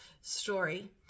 story